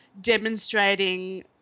demonstrating